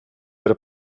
per